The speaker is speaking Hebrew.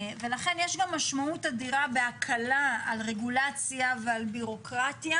לכן יש גם משמעות אדירה בהקלה על רגולציה ועל ביורוקרטיה